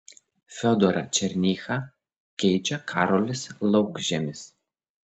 fiodorą černychą keičia karolis laukžemis